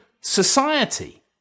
society